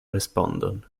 respondon